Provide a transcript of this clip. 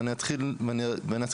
ואני אתחיל להסביר.